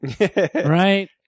Right